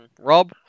Rob